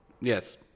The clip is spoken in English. Yes